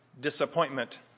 disappointment